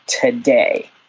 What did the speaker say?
today